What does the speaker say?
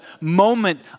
moment